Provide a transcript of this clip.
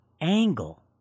angle